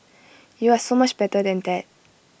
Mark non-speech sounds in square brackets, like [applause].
[noise] you are so much better than that